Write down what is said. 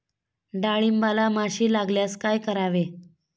डाळींबाला माशी लागल्यास काय करावे?